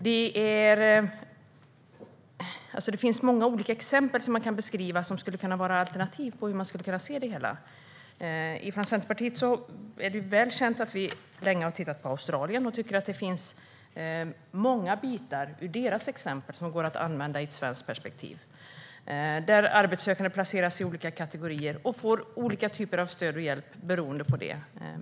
Det finns många olika exempel som skulle kunna vara alternativ till hur man skulle kunna se det hela. Det är väl känt att vi i Centerpartiet länge har tittat på Australien och tycker att deras exempel i stor utsträckning går att använda i ett svenskt perspektiv. Arbetssökande placeras i olika kategorier och får olika typer av stöd och hjälp beroende på det.